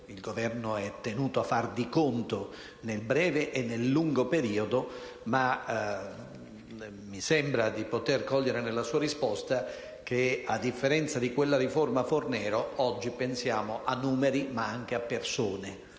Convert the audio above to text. il Governo è tenuto a far di conto nel breve e nel lungo periodo, ma mi sembra di poter cogliere nella sua risposta che, a differenza di quella riforma Fornero, oggi pensiamo a numeri, ma anche a persone.